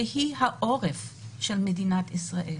שהיא העורף של מדינת ישראל.